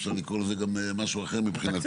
אפשר לקרוא לזה גם אחרת מבחינתי.